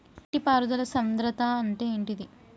నీటి పారుదల సంద్రతా అంటే ఏంటిది?